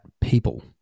people